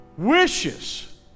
Wishes